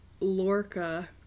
Lorca